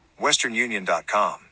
WesternUnion.com